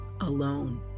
alone